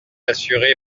assuré